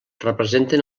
representen